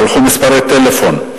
שלחו מספרי טלפון,